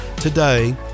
today